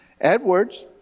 Edwards